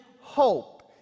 hope